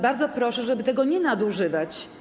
Bardzo proszę, żeby tego nie nadużywać.